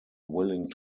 willing